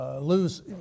lose